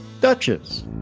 Duchess